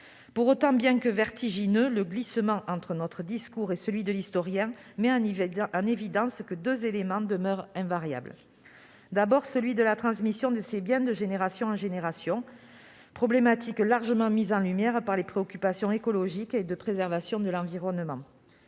Pour autant, bien que vertigineux, le glissement entre notre discours et celui de l'historien met en évidence deux éléments qui demeurent invariables. Il s'agit d'abord de la transmission de ces biens, de génération en génération. Cette problématique est largement mise en lumière par les préoccupations écologiques et de préservation de l'environnement.